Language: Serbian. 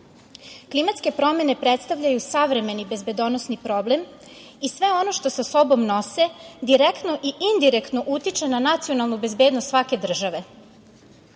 Klimatske promene predstavljaju savremeni bezbedonosni problem i sve ono što sa sobom nose direktno i indirektno utiče na nacionalnu bezbednost svake države.